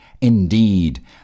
indeed